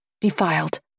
defiled